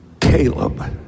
Caleb